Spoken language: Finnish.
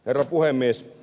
herra puhemies